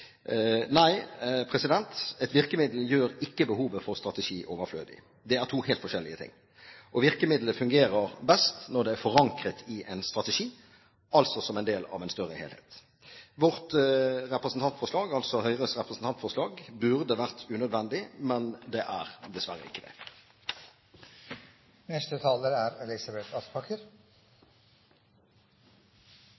Nei, et virkemiddel gjør ikke behovet for en strategi overflødig. Det er to helt forskjellige ting. Og virkemidlene fungerer best når de er forankret i en strategi, altså som en del av en større helhet. Vårt – Høyres – representantforslag burde vært unødvendig, men det er dessverre ikke